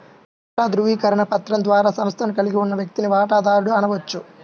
వాటా ధృవీకరణ పత్రం ద్వారా సంస్థను కలిగి ఉన్న వ్యక్తిని వాటాదారుడు అనవచ్చు